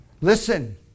Listen